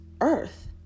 earth